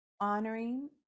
honoring